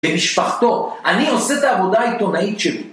ומשפחתו. אני עושה את העבודה העיתונאית שלי.